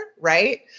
right